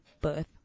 birth